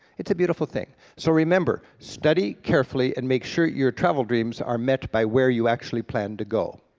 it's a beautiful thing, so remember, study carefully and make sure your travel dreams are met by where you actually plan to go.